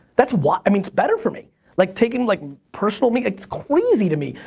that's wi i mean it's better for me. like taking like personal me, it's crazy to me.